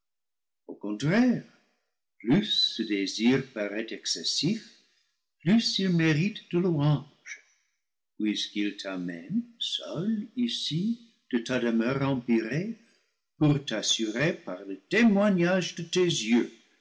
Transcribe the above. au contraire plus ce désir parait excessif plus il mérite de louanges puisqu'il t'amène seul ici de ta demeure empyrée pour l'assurer par le témoignage de tes yeux